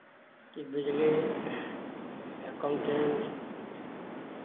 ई बिजली एकाउण्टेंट